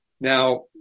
Now